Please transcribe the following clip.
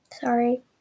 sorry